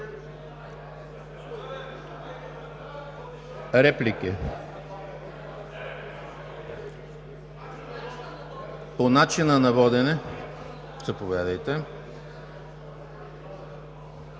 Реплики? По начина на водене – заповядайте.